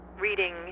reading